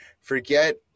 forget